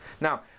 Now